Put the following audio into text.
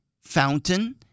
fountain